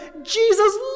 Jesus